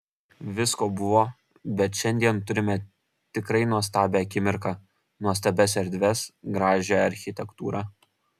visko buvo bet šiandien turime tikrai nuostabią akimirką nuostabias erdves gražią architektūrą